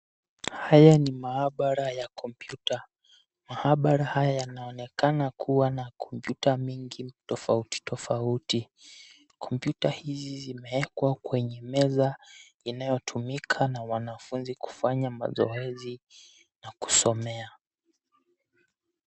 Haya ni maabra ya kompyuta. Maabara haya yanaonekana kuwa na kompyuta mingi tofautitofauti. Kompyuta hizi zimewekwa kwenye meza inayotumika na wanafunzi kufanya mazoezi na kusomea.